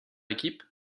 équipe